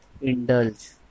indulge